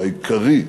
העיקרי,